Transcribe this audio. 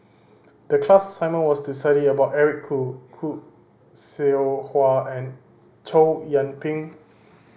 the class assignment was to study about Eric Khoo Khoo Seow Hwa and Chow Yian Ping